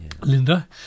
Linda